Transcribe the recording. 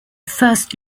first